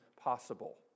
possible